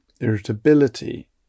irritability